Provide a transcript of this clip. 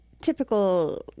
Typical